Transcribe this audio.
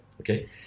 okay